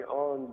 on